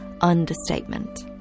understatement